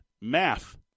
Math